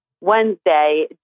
Wednesday